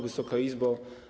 Wysoka Izbo!